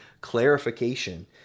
clarification